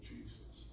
Jesus